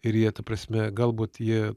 ir jie ta prasme galbūt jie